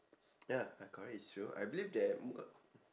ya ah correct it's true I believe that